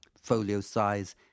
folio-size